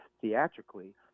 theatrically